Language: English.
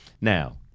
Now